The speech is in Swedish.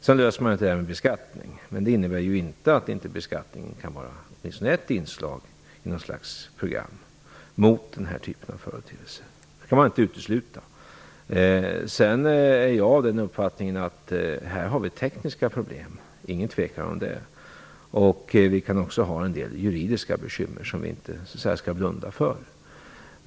Man löser det här dock inte med beskattning, men det innebär inte att beskattningen inte kan vara ett inslag i något salgs program mot den här typen av företeelser. Det skall man inte utesluta. Jag är av den uppfattningen att vi här har tekniska problem - det är ingen tvekan om det. Vi kan också ha en del juridiska bekymmer som vi inte skall blunda för.